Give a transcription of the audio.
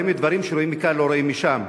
לפעמים דברים שרואים מכאן לא רואים משם.